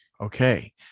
Okay